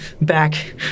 back